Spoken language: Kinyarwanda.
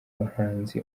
bahanzi